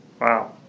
Wow